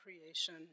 creation